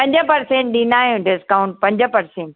पंज परसेंट ॾींदा आहियूं डिस्काउंट पंज परसेंट